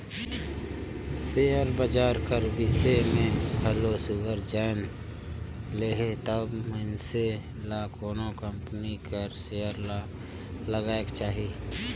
share बजार कर बिसे में घलो सुग्घर जाएन लेहे तब मइनसे ल कोनो कंपनी कर सेयर ल लगाएक चाही